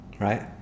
right